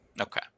Okay